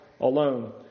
alone